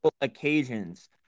occasions